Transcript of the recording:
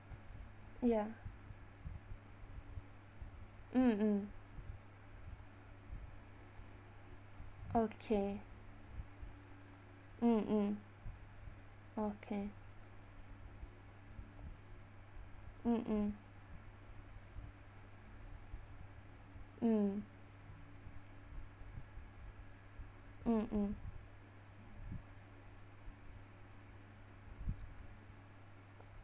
ya mm mm okay mm mm okay mm mm mm mm mm